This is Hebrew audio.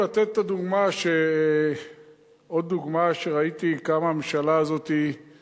לתת עוד דוגמה שראיתי בה כמה הממשלה הזאת היא